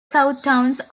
southtowns